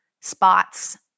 spots